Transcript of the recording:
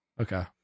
Okay